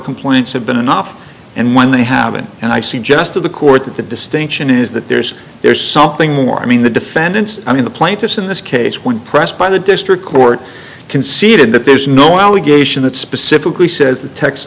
complaints have been enough and when they have it and i suggest to the court that the distinction is that there's there's something more i mean the defendants i mean the plaintiffs in this case when pressed by the district court conceded that there's no allegation that specifically says the text